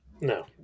No